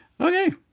Okay